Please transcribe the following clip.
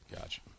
gotcha